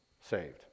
saved